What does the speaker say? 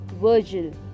Virgil